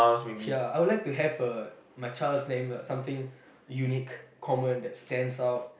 ya I'll like to have a my child's name something unique common that stands out